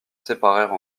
séparèrent